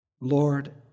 Lord